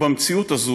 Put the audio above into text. ובמציאות הזו,